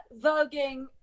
voguing